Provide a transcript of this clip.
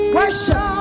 worship